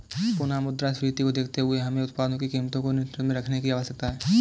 पुनः मुद्रास्फीति को देखते हुए हमें उत्पादों की कीमतों को नियंत्रण में रखने की आवश्यकता है